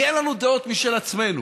כי אין לנו דעות משל עצמנו.